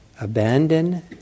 abandon